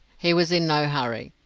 he was in no hurry.